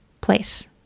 place